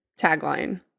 tagline